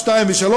(2) ו-(3),